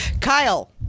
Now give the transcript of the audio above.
Kyle